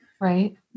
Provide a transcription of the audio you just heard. right